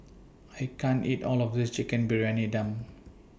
I can't eat All of This Chicken Briyani Dum